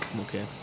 Okay